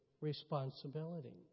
responsibility